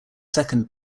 second